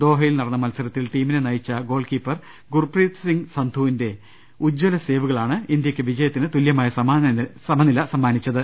ദോഹയിൽ നടന്ന മത്സ രത്തിൽ ടീമിനെ നയിച്ച ഗോൾകീപ്പർ ഗുർപ്രീത് സിങ് സന്ധു വിന്റെ ഉജ്ചല സേവുകളാണ് ഇന്ത്യക്ക് വിജയത്തിന് തുലൃ മായ സമനില സമ്മാനിച്ചത്